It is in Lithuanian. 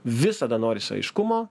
visada norisi aiškumo